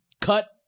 cut